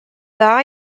dda